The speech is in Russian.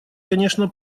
конечно